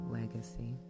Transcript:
legacy